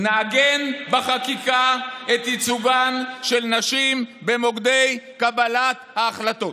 נעגן בחקיקה את ייצוגן של נשים במוקדי קבלת ההחלטות.